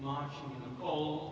my old